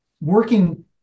working